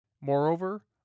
Moreover